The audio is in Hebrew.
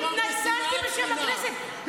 אני התנצלתי בשם הכנסת,